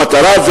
המטרה,